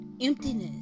emptiness